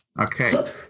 Okay